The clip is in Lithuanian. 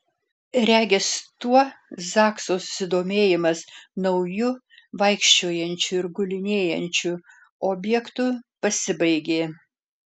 regis tuo zakso susidomėjimas nauju vaikščiojančiu ir gulinėjančiu objektu pasibaigė